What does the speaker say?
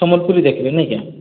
ସମ୍ବଲପୁରୀ ଦେଖ୍ବେ ନାଇଁ କାଏଁ